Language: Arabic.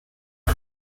فعل